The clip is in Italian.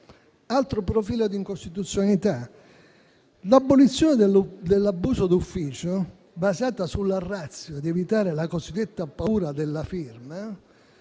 Altro profilo di incostituzionalità: l'abolizione dell'abuso d'ufficio, basata sulla *ratio* di evitare la cosiddetta paura della firma,